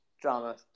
drama